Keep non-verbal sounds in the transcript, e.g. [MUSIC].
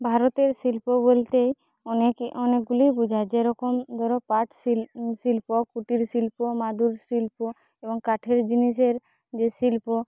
ভারতের শিল্প বলতে অনেকে অনেকগুলিই বোঝায় যে রকম ধরো পাট [UNINTELLIGIBLE] শিল্প কুটির শিল্প মাদুর শিল্প এবং কাঠের জিনিসের যে শিল্প